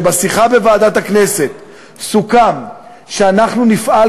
שבשיחה בוועדת הכנסת סוכם שאנחנו נפעל,